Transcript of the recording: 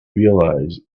realise